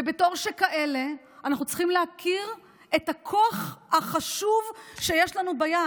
ובתור שכאלה אנחנו צריכים להכיר את הכוח החשוב שיש לנו ביד.